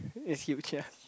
it's huge ya